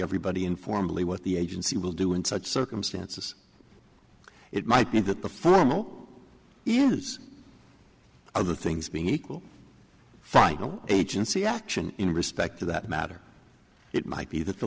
everybody informally what the agency will do in such circumstances it might mean that the formal use other things being equal find no agency action in respect to that matter it might be that the